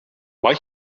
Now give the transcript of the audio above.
mae